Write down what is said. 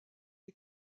est